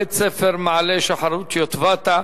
תלמידי בית-ספר "מעלה שחרות" יוטבתה.